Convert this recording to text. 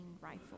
rifle